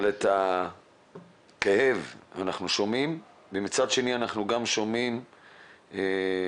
אבל את הכאב אנחנו שומעים ומצד שני אנחנו גם שומעים את